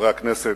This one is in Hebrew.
חברי הכנסת,